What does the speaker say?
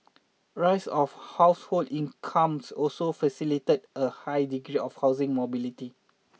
rise of household incomes also facilitated a high degree of housing mobility